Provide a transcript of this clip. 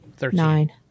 Nine